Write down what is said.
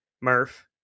murph